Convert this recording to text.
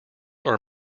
are